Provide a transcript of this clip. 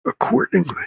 accordingly